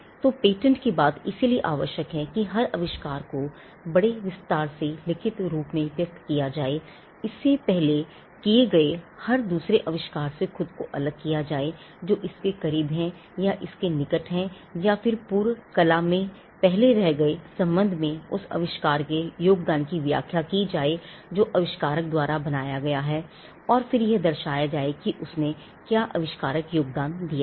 तो पेटेंट की बात इसीलिए आवश्यक है कि हर आविष्कार को बड़े विस्तार से लिखित रूप में व्यक्त किया जाए इससे पहले गए हर दूसरे आविष्कार से खुद को अलग किया जाए जो इसके करीब है या इसके निकट है और फिर पूर्व कला में पहले रह गए के सम्बन्ध में उस अविष्कार के योगदान की व्याख्या की जाए जो आविष्कारक द्वारा बनाया गया है और फिर यह दर्शाया जाए कि उसने क्या आविष्कारक योगदान दिया है